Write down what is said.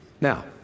Now